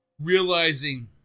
Realizing